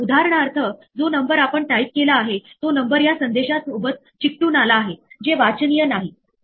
उदाहरणार्थ समजा आपण एक लिस्ट निर्माण करण्याचा प्रयत्न करत आहोत आणि चुकीने आपण कॉमा च्या ऐवजी सेमी कोलन चा वापर करता